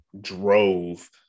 drove